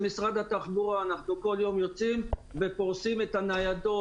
אנחנו כל יום יוצאים ופורסים את הניידות